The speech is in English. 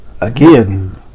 again